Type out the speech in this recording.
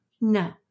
No